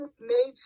made